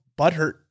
butthurt